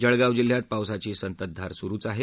जळगाव जिल्ह्यात पावसाची संततधार सुरुच आहे